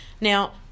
Now